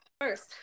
first